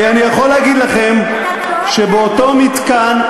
כי אני יכול להגיד לכם שבאותו מתקן,